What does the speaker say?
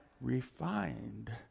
refined